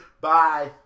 Bye